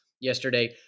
yesterday